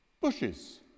bushes